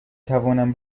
توانم